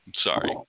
Sorry